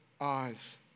eyes